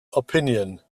opinion